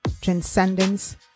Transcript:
transcendence